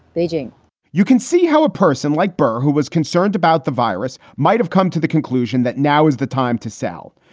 beijing you can see how a person like brrrr who was concerned about the virus might have come to the conclusion that now is the time to sell.